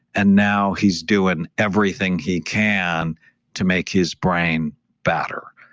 and now, he's doing everything he can to make his brain batter.